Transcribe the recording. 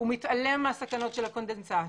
הוא מתעלם מהסכנות של הקונדנסט.